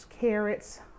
carrots